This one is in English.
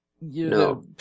No